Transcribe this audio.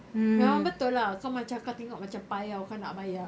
memang betul lah kau macam kau tengok macam payah kau nak bayar